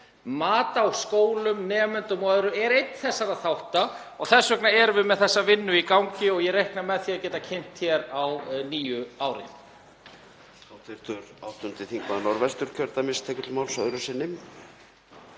mat á skólum, nemendum og öðru er einn þessara þátta og þess vegna erum við með þessa vinnu í gangi og ég reikna með því að geta kynnt það á nýju ári.